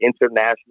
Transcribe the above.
international